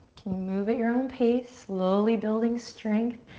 can move at your own pace? slowly building strength.